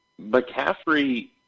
McCaffrey